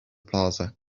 plaza